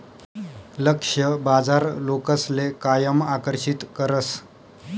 लक्ष्य बाजार लोकसले कायम आकर्षित करस